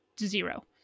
zero